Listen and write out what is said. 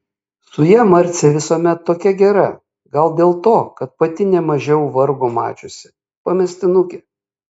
su ja marcė visuomet tokia gera gal dėl to kad pati nemažiau vargo mačiusi pamestinukė